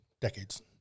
decades